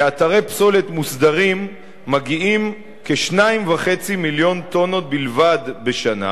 לאתרי פסולת מוסדרים מגיעים כ-2.5 מיליון טונות בלבד בשנה,